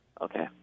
Okay